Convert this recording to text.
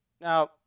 Now